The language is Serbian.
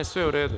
Sve je u redu.